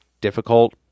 difficult